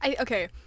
Okay